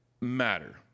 matter